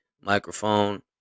microphone